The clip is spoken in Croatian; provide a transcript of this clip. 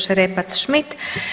Šerepac Šmit.